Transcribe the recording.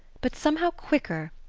but somehow, quicker,